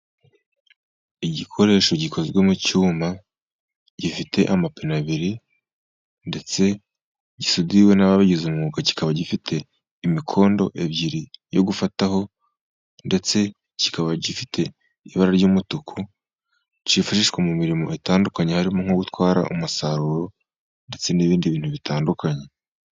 Igikoresho gikozwe mu cyuma gifite amapine abiri, ndetse gisudiwe n'ababigize umwuga kikaba gifite imikondo ibiri yo gufataho, ndetse kikaba gifite ibara ry'umutuku. Kifashishwa mu mirimo itandukanye harimo nko gutwara umusaruro ndetse n'ibindi bintu bitandukanye.